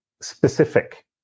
specific